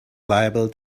liable